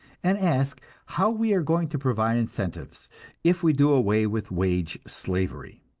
and ask, how we are going to provide incentives if we do away with wage slavery.